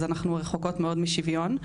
אז אנחנו רחוקות מאוד משוויון.